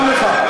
גם לך.